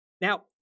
Now—